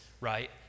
right